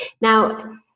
Now